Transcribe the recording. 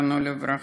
זיכרונו לברכה,